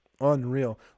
Unreal